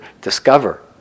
discover